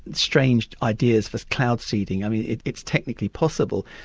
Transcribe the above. and strange ideas for cloud seeding. it's technically possible.